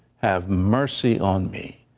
have mercy on me!